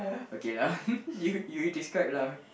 okay lah you you describe lah